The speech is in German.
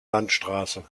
landstraße